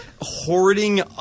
hoarding